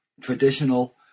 traditional